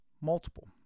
multiple